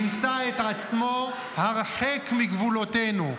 ימצא את עצמו הרחק מגבולותינו.